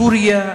סוריה,